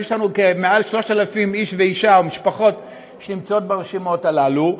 יש לנו יותר מ-3,000 איש ואישה ומשפחות ברשימות האלה,